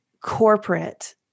corporate